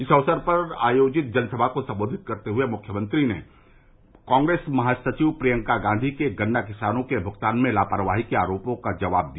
इस अवसर पर आयोजित जनसभा को सम्बोधित करते हुए मुख्यमंत्री ने कांग्रेस महासचिव प्रियंका गांधी के गन्ना किसानों के भुगतान में लापरवाही के आरोपों का जवाब दिया